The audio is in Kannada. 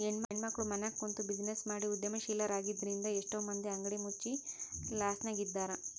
ಹೆಣ್ಮಕ್ಳು ಮನ್ಯಗ ಕುಂತ್ಬಿಜಿನೆಸ್ ಮಾಡಿ ಉದ್ಯಮಶೇಲ್ರಾಗಿದ್ರಿಂದಾ ಎಷ್ಟೋ ಮಂದಿ ಅಂಗಡಿ ಮುಚ್ಚಿ ಲಾಸ್ನ್ಯಗಿದ್ದಾರ